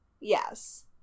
yes